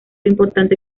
importante